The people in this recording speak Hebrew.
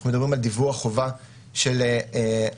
אנחנו מדברים על דיווח חובה של עמותות,